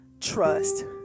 trust